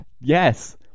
Yes